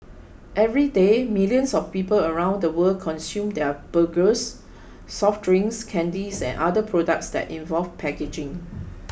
everyday millions of people around the world consume their burgers soft drinks candies and other products that involve packaging